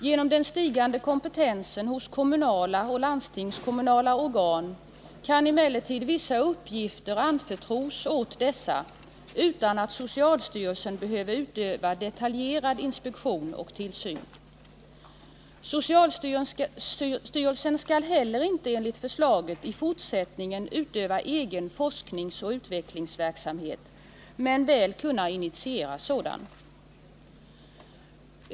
Genom den stigande kompetensen hos kommunala och landstingskommunala organ kan emellertid vissa uppgifter anförtros åt dessa utan att socialstyrelsen behöver utöva detaljerad inspektion och tillsyn. Socialstyrelsen skall heller inte enligt förslaget i fortsättningen utöva egen forskningsoch utvecklingsverksamhet men väl kunna initiera sådan.